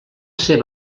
ser